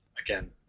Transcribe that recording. Again